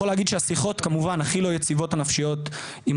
אני יכול להגיד שהשיחות הכי לא יציבות נפשית עם